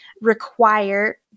require